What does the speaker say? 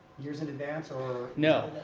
years in advance or no.